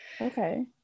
okay